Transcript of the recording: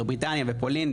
בריטניה ופולין,